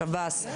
שב"ס,